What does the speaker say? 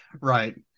Right